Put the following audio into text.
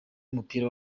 w’umupira